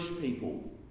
people